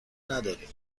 نداریم